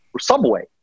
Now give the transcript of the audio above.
subway